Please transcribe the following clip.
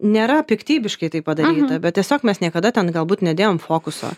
nėra piktybiškai tai padaryta bet tiesiog mes niekada ten galbūt nedėjom fokuso